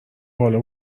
بالا